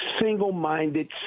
single-minded